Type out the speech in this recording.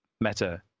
meta